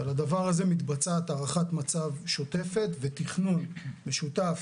ועל הדבר הזה מתבצעת הערכת מצב שוטפת ותכנון משותף